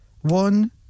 one